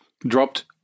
dropped